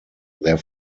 their